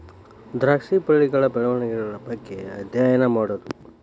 ದ್ರಾಕ್ಷಿ ಬಳ್ಳಿಗಳ ಬೆಳೆವಣಿಗೆಗಳ ಬಗ್ಗೆ ಅದ್ಯಯನಾ ಮಾಡುದು